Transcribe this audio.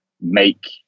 make